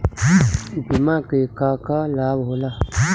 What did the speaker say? बिमा के का का लाभ होला?